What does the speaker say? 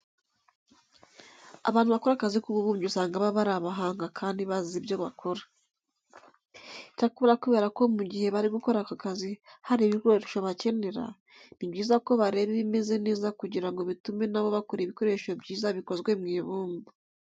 Abantu bakora akazi k'ububumbyi usanga baba ari abahanga kandi bazi ibyo bakora. Icyakora kubera ko mu gihe bari gukora aka kazi hari ibikoresho bakenera, ni byiza ko bareba ibimeze neza kugira ngo bitume na bo bakora ibikoresho byiza bikozwe mu ibumba.